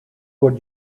what